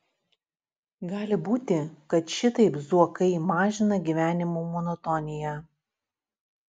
gali būti kad šitaip zuokai mažina gyvenimo monotoniją